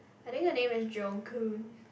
I think her name is Jeong-Koon